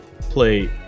play